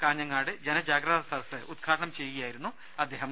കാഞ്ഞങ്ങാട് ജനജാഗ്രതാ സദസ് ഉദ്ഘാടനം ചെയ്യുകയായിരുന്നു അദ്ദേഹം